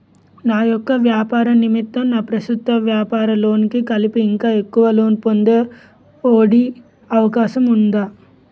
నా యెక్క వ్యాపార నిమిత్తం నా ప్రస్తుత వ్యాపార లోన్ కి కలిపి ఇంకా ఎక్కువ లోన్ పొందే ఒ.డి అవకాశం ఉందా?